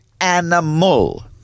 animal